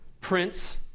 prince